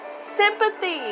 Sympathy